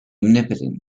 omnipotent